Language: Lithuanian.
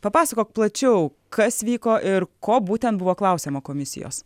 papasakok plačiau kas vyko ir ko būtent buvo klausiama komisijos